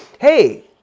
hey